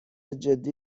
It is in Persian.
جدی